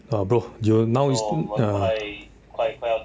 ah bro now you s~ ah